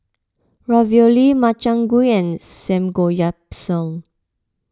Ravioli Makchang Gui and Samgeyopsal